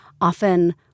often